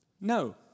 No